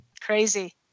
Crazy